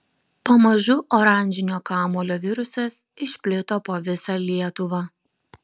pamažu oranžinio kamuolio virusas išplito po visą lietuvą